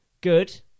good